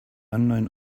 unknown